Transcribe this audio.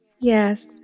yes